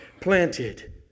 planted